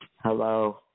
Hello